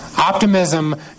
Optimism